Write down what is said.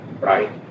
right